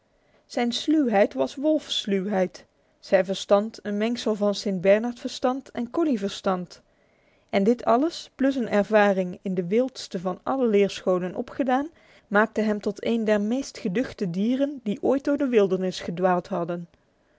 zijn sluwheid was wolfssluwheid zijn verstand een mengsel van st bernard verstand en collie verstand en dit alles plus een ervaring in de wildste van alle leerscholen opgedaan maakte hem tot een der meest geduchte dieren die ooit door de wildernis gedwaald hadden